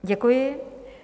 Děkuji.